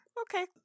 Okay